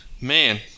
man